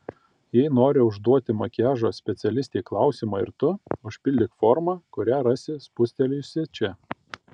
jei nori užduoti makiažo specialistei klausimą ir tu užpildyk formą kurią rasi spustelėjusi čia